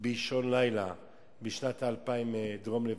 באישון לילה בשנת 2000 מדרום-לבנון?